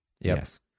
Yes